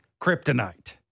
kryptonite